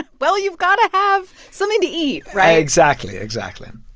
and well, you've got to have something to eat, right? exactly, exactly.